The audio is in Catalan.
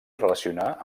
relacionar